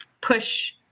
push